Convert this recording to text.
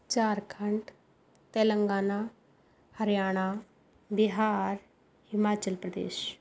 Jharkhand Telangana Haryana Bihar Himachal Pradesh